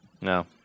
No